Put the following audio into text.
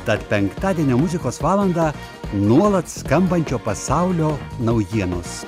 tad penktadienio muzikos valandą nuolat skambančio pasaulio naujienos